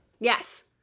yes